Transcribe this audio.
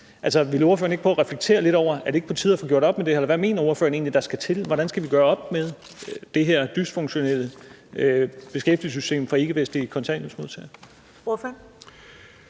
få gjort op med det her? Eller hvad mener ordføreren egentlig der skal til? Hvordan skal vi gøre op med det her dysfunktionelle beskæftigelsessystem for ikkevestlige kontanthjælpsmodtagere?